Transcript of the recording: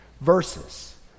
verses